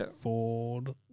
Ford